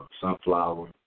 sunflower